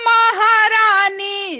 Maharani